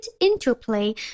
interplay